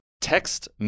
Text